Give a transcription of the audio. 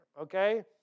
okay